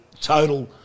total